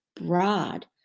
broad